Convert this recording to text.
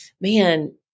man